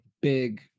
big